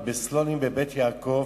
בסלונים, ב"בית יעקב",